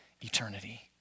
eternity